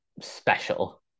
special